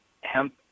hemp